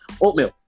oatmeal